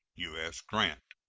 u s. grant.